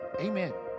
Amen